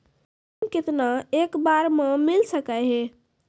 ऋण केतना एक बार मैं मिल सके हेय?